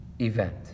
event